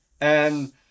And-